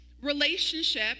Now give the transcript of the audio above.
relationship